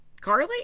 Carly